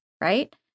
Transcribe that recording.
right